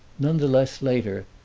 nonetheless, later,